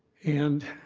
and